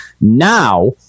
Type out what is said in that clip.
Now